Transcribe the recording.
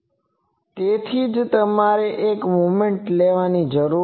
તેથી જ તમારે એક મોમેન્ટ લેવાની જરૂર છે